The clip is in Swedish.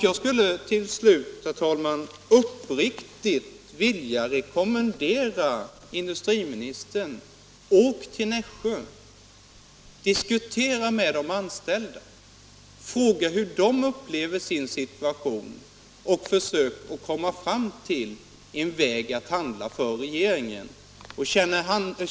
Jag skulle, herr talman, uppriktigt vilja rekommendera industriminis — Nr 132 tern att resa till Nässjö för att diskutera läget med de anställda, fråga Måndagen den hur de upplever sin situation och försöka komma fram till ett handlande 16 maj 1977 av regeringen.